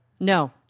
No